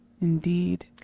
Indeed